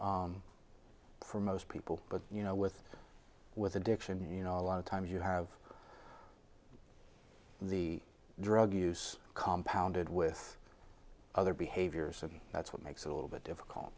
for most people but you know with with addiction you know a lot of times you have the drug use compounded with other behaviors and that's what makes it a little bit difficult